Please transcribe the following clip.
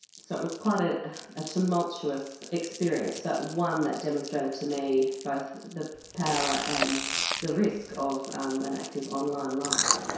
so it was quite a ah tumultuous experience, but one that demonstrated to me both the power and the risk of um an active online life.